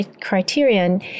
criterion